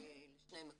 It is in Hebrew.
בעיני,